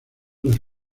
las